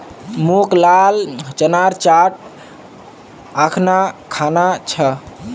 मोक लाल चनार चाट अखना खाना छ